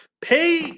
Pay